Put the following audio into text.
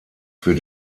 für